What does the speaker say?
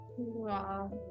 wow